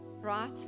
right